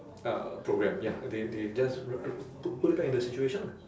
uh program ya they they just wri~ put put back into the situation lah